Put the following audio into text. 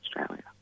Australia